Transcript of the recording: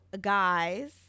guys